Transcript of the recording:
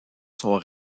son